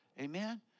Amen